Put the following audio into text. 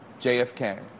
JFK